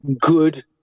good